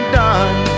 done